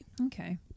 Okay